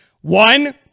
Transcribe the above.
One